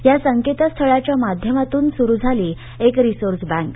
या संकेतस्थळाच्या माध्यमातून सूरू झाली सिसोरा बैंक